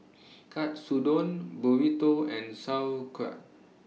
Katsudon Burrito and Sauerkraut